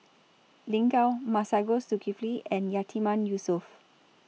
Lin Gao Masagos Zulkifli and Yatiman Yusof